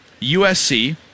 USC